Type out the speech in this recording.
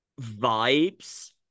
vibes